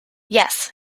yes